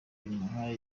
bimuha